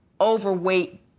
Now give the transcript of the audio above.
overweight